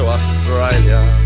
Australia